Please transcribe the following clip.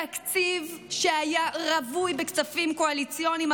תקציב שהיה רווי בכספים קואליציוניים,